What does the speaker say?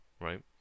right